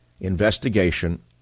investigation